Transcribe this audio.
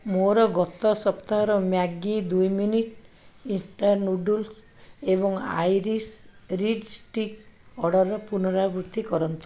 ମୋର ଗତ ସପ୍ତାହର ମ୍ୟାଗି ଦୁଇ ମିନିଟ୍ ଇନ୍ଷ୍ଟାଣ୍ଟ୍ ନୁଡ଼ୁଲ୍ସ୍ ଏବଂ ଆଇରିଶ୍ ରିଡ଼୍ ଷ୍ଟିକ୍ସ୍ ଅର୍ଡ଼ର୍ର ପୁନରାବୃତ୍ତି କରନ୍ତୁ